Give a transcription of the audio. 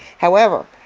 however,